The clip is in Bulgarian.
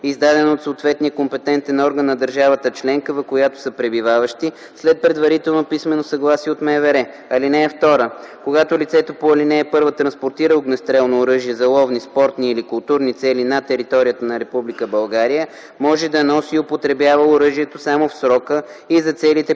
издадено от съответния компетентен орган на държавата членка, в която са пребиваващи, след предварително писмено съгласие от МВР. (2) Когато лицето по ал. 1 транспортира огнестрелно оръжие за ловни, спортни или културни цели на територията на Република България, може да носи и употребява оръжието само в срока и за целите, посочени